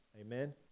Amen